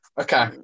okay